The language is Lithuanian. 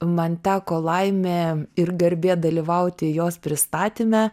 man teko laimė ir garbė dalyvauti jos pristatyme